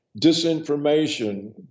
disinformation